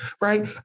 Right